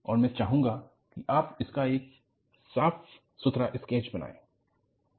और मैं चाहूंगा कि आप इसका एक साफ सुथरा स्केच बनाएं